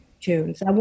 tunes